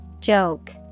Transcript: Joke